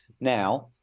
now